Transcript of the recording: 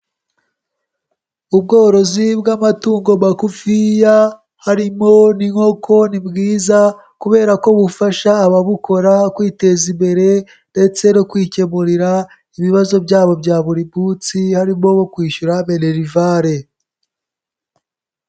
Ubworozi bw'amatungo magufiya, harimo n'inkoko ni bwiza kubera ko bufasha ababukora kwiteza imbere ndetse no kwikemurira ibibazo byabo bya buri munsi, harimo nko kwishyura minerivare.